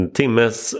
timmes